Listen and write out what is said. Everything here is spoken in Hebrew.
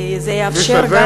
כי זה יאפשר גם הגעה,